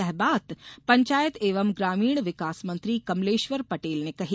यह बात पंचायत एवं ग्रामीण विकास मंत्री कमलेश्वर पटेल ने कही